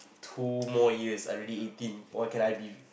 two more years I already eighteen what can I be